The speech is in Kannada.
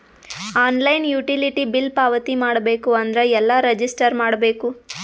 ಆನ್ಲೈನ್ ಯುಟಿಲಿಟಿ ಬಿಲ್ ಪಾವತಿ ಮಾಡಬೇಕು ಅಂದ್ರ ಎಲ್ಲ ರಜಿಸ್ಟರ್ ಮಾಡ್ಬೇಕು?